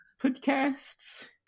podcasts